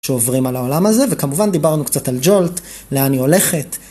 שעוברים על העולם הזה וכמובן דיברנו קצת על ג'ולט, לאן היא הולכת...